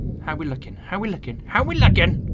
how we looking how we looking how will again